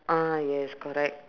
ah yes correct